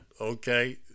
okay